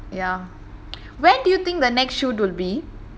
ya when do you think the next shoot will be